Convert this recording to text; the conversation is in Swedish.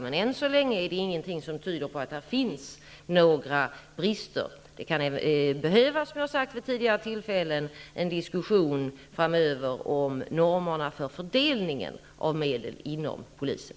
Men än så länge finns det ingenting som tyder på att det finns några brister. Som jag sagt vid tidigare tillfällen kan det framöver behövas en diskussion om normerna för fördelningen av medel inom polisen.